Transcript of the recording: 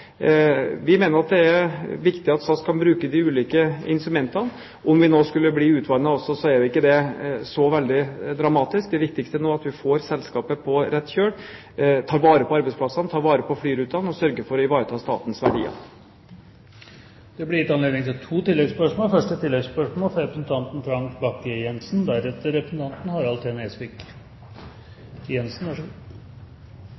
Vi mener at det er viktig at SAS kan bruke de ulike instrumentene. Om eierskapet nå skulle bli utvannet, er ikke det så veldig dramatisk. Det viktigste nå er at vi får selskapet på rett kjøl, tar vare på arbeidsplassene, tar vare på flyrutene og sørger for å ivareta statens verdier. Det blir gitt anledning til to